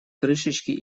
крышечки